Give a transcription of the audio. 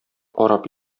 карап